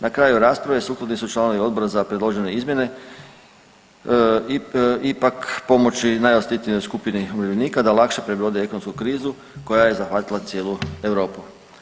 Na kraju rasprave suglasni su članovi odbora za predložene izmjene ipak pomoći najosjetljivijoj skupini umirovljenika da lakše prebrode ekonomsku krizu koja je zahvatila cijelu Europu.